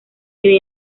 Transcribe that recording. crece